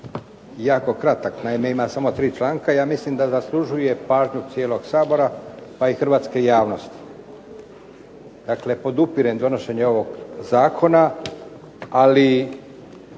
jako kratak, naime ima samo tri članka, ja mislim da zaslužuje pažnju cijelog Sabora pa i hrvatske javnosti. Dakle podupirem donošenje ovog zakona, ali